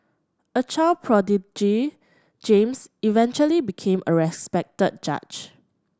a child prodigy James eventually became a respected judge